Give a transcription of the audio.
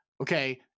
okay